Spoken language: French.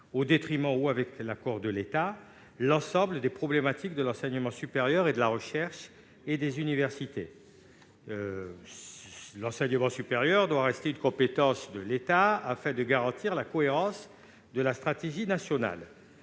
au détriment ou avec l'accord de l'État, l'ensemble des problématiques de l'enseignement supérieur, de la recherche et des universités. L'enseignement supérieur doit rester une compétence de l'État, afin de garantir la cohérence de la stratégie nationale.